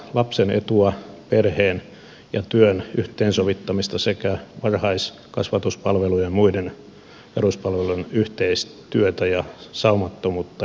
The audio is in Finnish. lapsen etua perheen ja työn yhteensovittamista sekä varhaiskasvatuspalvelujen ja muiden peruspalvelujen yhteistyötä ja saumattomuutta edistetään